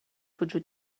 وجود